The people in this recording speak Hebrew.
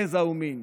גזע ומין.